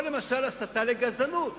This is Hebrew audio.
למשל הסתה לגזענות,